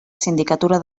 sindicatura